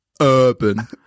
urban